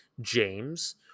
James